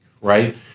right